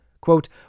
quote